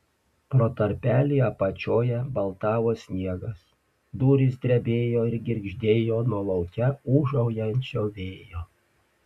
pro tarpelį apačioje baltavo sniegas durys drebėjo ir girgždėjo nuo lauke ūžaujančio vėjo